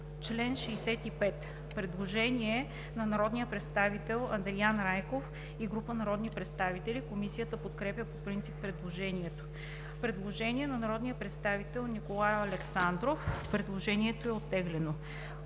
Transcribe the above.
чл. 65 има предложение на народния представител Андриан Райков и група народни представители. Комисията подкрепя по принцип предложението. Предложение на народния представител Николай Александров. Предложението е оттеглено.